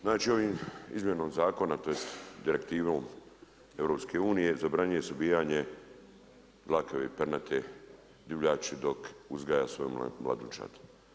Znači ovim izmjenom zakona, tj. Direktivom EU, zabranjuje se ubijanje dlakave i pernate divljači dok uzgaja svoju mladunčad.